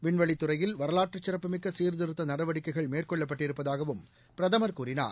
விண்வெளித்துறையில் வரலாற்றுசிறப்புமிக்கசீர்திருத்தநடவடிக்கைகள் மேற்கொள்ளப்பட்டிருப்பதாகவும் பிரதமர் கூறினார்